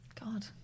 God